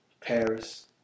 Paris